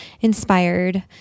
inspired